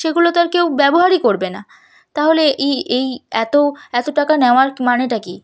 সেগুলো তো আর কেউ ব্যবহারই করবে না তাহলে এই এই এত এত টাকা নেওয়ার মানেটা কি